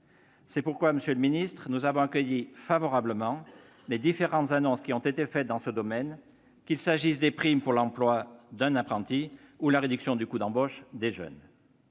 C'est pourquoi, monsieur le ministre, nous avons accueilli favorablement les différentes annonces qui ont été faites dans ce domaine, qu'il s'agisse des primes pour l'emploi d'un apprenti ou de la réduction du coût d'embauche des jeunes.